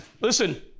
listen